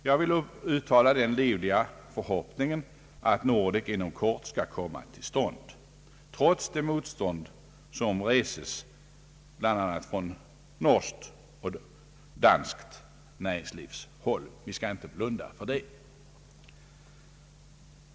Jag vill uttala den livliga förhoppningen att Nordek inom kort skall komma till stånd, trots det motstånd som reses bl.a. från norskt och danskt näringslivs sida. Vi får inte blunda för att det finns ett sådant motstånd.